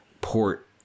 port